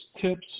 tips